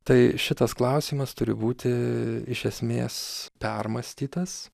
tai šitas klausimas turi būti iš esmės permąstytas